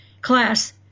class